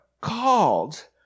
called